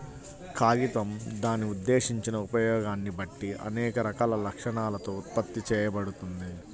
కాగితం దాని ఉద్దేశించిన ఉపయోగాన్ని బట్టి అనేక రకాల లక్షణాలతో ఉత్పత్తి చేయబడుతుంది